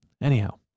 Anyhow